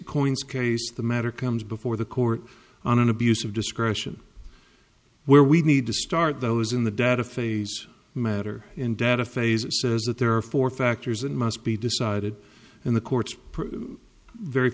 coins case the matter comes before the court on an abuse of discretion where we need to start those in the data phase matter and data phase says that there are four factors and must be decided in the courts very